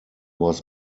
was